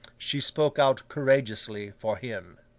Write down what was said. she spoke out courageously for him.